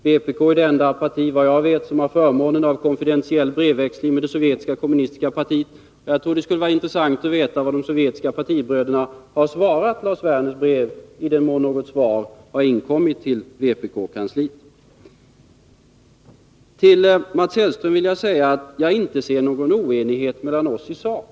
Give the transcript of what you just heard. Vpk är det enda parti, såvitt jag vet, som har förmånen av konfidentiell brevväxling med det sovjetiska kommunistpartiet. Det skulle vara intressant att få höra vad de sovjetiska partibröderna har svarat på Lars Werners brev, i den mån något svar har inkommit till vpk-kansliet. Till Mats Hellström vill jag säga att jag inte ser någon oenighet i sak mellan honom och mig.